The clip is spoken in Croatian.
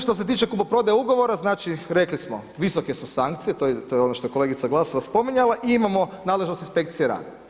Što se tiče kupoprodaje ugovora, znači rekli smo visoke su sankcije to je ono što je kolegica Glasovac spominjala i imamo nadležnost inspekcije rada.